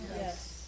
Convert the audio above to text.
Yes